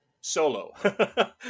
solo